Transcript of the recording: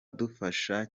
dufasha